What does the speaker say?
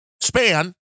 span